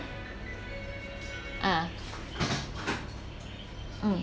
ah mm